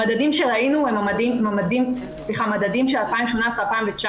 המדדים שראינו הם מדדים של 2018 ו-2019.